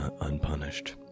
unpunished